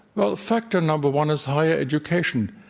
well, factor number one is higher education.